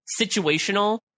situational